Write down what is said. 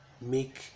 make